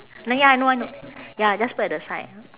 no ya I know I know ya just put at the side